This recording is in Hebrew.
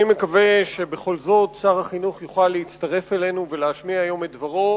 אני מקווה שבכל זאת שר החינוך יוכל להצטרף אלינו ולהשמיע היום את דברו,